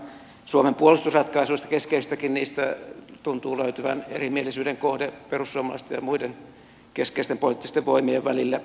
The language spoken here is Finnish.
suomen puolustusratkaisuista keskeisistäkin tuntuu löytyvän erimielisyyden kohde perussuomalaisten ja muiden keskeisten poliittisten voimien välillä